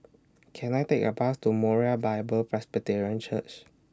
Can I Take A Bus to Moriah Bible Presbyterian Church